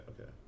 okay